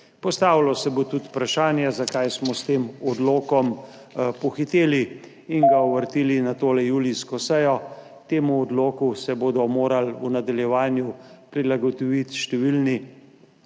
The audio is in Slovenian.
Postavilo se bo tudi vprašanje, zakaj smo s tem odlokom pohiteli in ga uvrstili na to julijsko sejo. Temu odloku se bodo morali v nadaljevanju prilagoditi številni